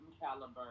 caliber